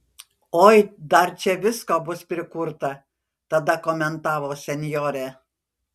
oi dar čia visko bus prikurta tada komentavo senjorė